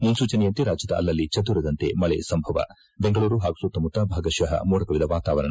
ಮುನ್ನೂಚನೆಯಂತೆ ರಾಜ್ಯದ ಅಲ್ಲಲ್ಲಿ ಚದುರಿದಂತೆ ಮಳೆಯಾಗುವ ಸಂಭವವೆಂಗಳೂರು ಪಾಗೂ ಸುತ್ತಮುತ್ತ ಭಾಗಶಃ ಮೋಡ ಕುದ ವಾತಾವರಣ